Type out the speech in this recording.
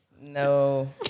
No